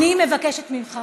אני מבקשת ממך